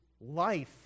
life